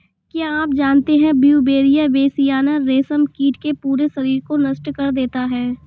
क्या आप जानते है ब्यूवेरिया बेसियाना, रेशम कीट के पूरे शरीर को नष्ट कर देता है